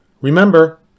Remember